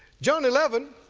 john eleven,